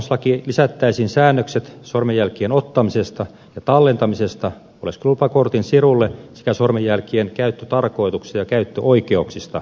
ulkomaalaislakiin lisättäisiin säännökset sormenjälkien ottamisesta ja tallentamisesta oleskelulupakortin sirulle sekä sormenjälkien käyttötarkoituksesta ja käyttöoikeuksista